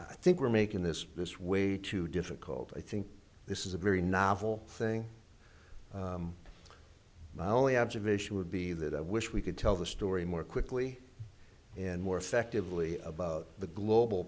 think we're making this this way too difficult i think this is a very novel thing my only observation would be that i wish we could tell the story more quickly and more effectively about the global